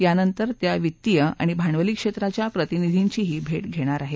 यानंतर त्या वित्तीय आणि भांडवली क्षेत्राच्या प्रतिनिधींचीही भेट घेणार आहेत